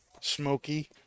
smoky